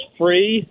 free